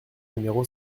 numéro